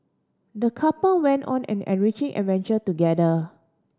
the couple went on an enriching adventure together